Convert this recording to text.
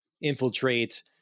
infiltrate